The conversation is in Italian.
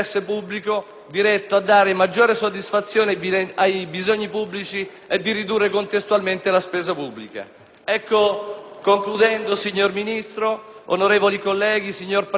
diretto a dare maggiore soddisfazione ai bisogni pubblici e di ridurre contestualmente la spesa pubblica. Signor Ministro, onorevoli colleghi, signor Presidente,